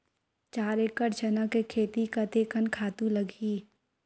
चार एकड़ चना के खेती कतेकन खातु लगही?